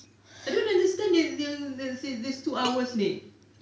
I don't understand this this this two hours ni